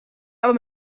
aber